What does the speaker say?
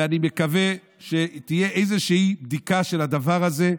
ואני מקווה שתהיה איזושהי בדיקה של הדבר הזה.